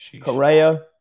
Correa